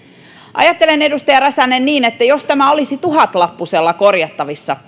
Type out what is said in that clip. ajattelen niin edustaja räsänen että jos tämä suomalainen syntyvyys olisi tuhatlappusella korjattavissa